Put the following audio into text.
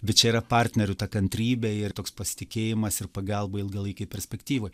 bet čia yra partnerių ta kantrybė ir toks pasitikėjimas ir pagalba ilgalaikėj perspektyvoj